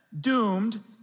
doomed